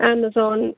Amazon